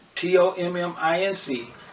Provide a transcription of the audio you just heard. T-O-M-M-I-N-C